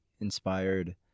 inspired